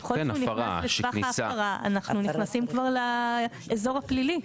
ככל שהוא נכנס לטווח ההפרה אנחנו נכנסים כבר לאזור הפלילי.